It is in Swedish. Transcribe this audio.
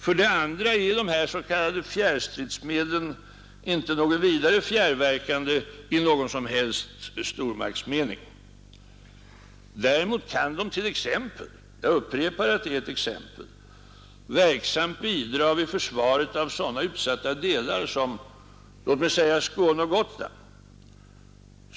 För det andra är dessa s.k. fjärrstridsmedel inte fjärrverkande i någon som helst stormaktsmening. Däremot kan de t.ex. — jag upprepar att det är ett exempel — verksamt bidra vid försvaret av sådana utsatta delar som Skåne och Gotland.